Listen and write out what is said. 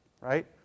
Right